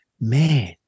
Man